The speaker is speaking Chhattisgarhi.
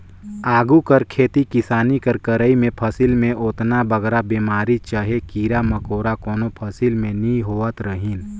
आघु कर खेती किसानी कर करई में फसिल में ओतना बगरा बेमारी चहे कीरा मकोरा कोनो फसिल में नी होवत रहिन